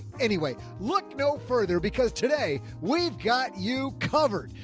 anyway, look no further, because today we've got you covered.